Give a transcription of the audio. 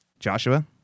Joshua